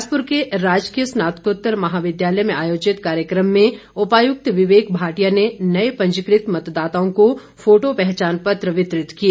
बिलासपुर के राजकीय स्नात्कोतर महाविद्यालय में आयोजित कार्यक्रम में उपायुक्त विवेक भाटिया ने नए पंजीकृत मतदाताओं को फोटो पहचानपत्र वितरित किए